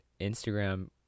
Instagram